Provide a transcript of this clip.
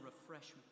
refreshment